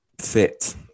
fit